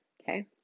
okay